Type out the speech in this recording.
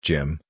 Jim